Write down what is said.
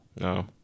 no